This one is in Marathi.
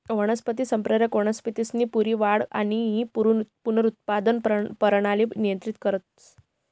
वनस्पती संप्रेरक वनस्पतीसनी पूरी वाढ आणि पुनरुत्पादक परणाली नियंत्रित करस